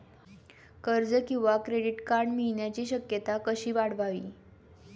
कर्ज किंवा credit card मिळण्याची शक्यता कशी वाढवावी?